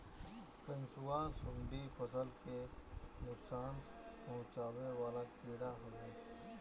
कंसुआ, सुंडी फसल ले नुकसान पहुचावे वाला कीड़ा हवे